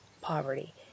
poverty